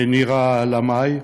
נירה לאמעי,